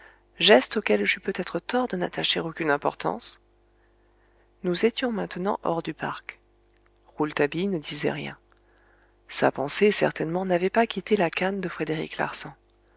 geste auquel j'eus peut-être tort de n'attacher aucune importance nous étions maintenant hors du parc rouletabille ne disait rien sa pensée certainement n'avait pas quitté la canne de frédéric larsan